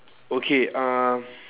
okay uh